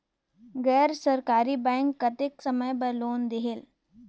गैर सरकारी बैंक कतेक समय बर लोन देहेल?